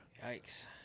Yikes